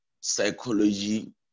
psychology